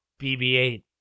BB-8